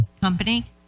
company